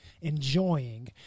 enjoying